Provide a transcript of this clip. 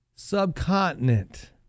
Subcontinent